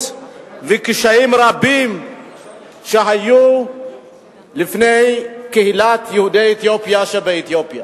וקשיים רבים שהיו בפני קהילת יהודי אתיופיה שבאתיופיה.